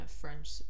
French